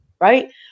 right